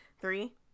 Three